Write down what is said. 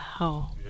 Wow